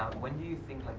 when do you think,